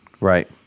right